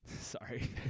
Sorry